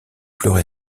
pleuré